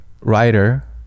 writer